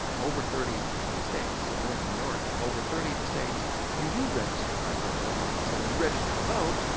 over thirty of the states, so we're in the minority, over thirty of the states you do register by political parties. so, when you register to vote,